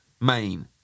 Main